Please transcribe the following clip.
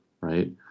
right